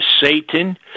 Satan